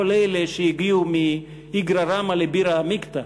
אלה שהגיעו מאיגרא רמא לבירא עמיקתא,